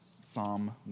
Psalm